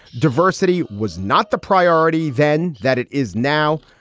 diversity was not the priority then that it is now.